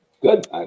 Good